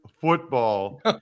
football